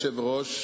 אדוני היושב-ראש,